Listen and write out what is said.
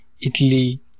Italy